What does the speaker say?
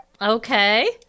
Okay